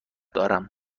دارم